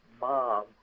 mom